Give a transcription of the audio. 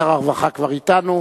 שר הרווחה כבר אתנו,